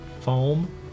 Foam